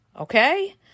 okay